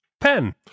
pen